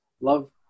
love